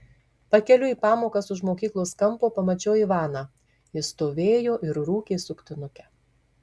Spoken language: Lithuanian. pakeliui į pamokas už mokyklos kampo pamačiau ivaną jis stovėjo ir rūkė suktinukę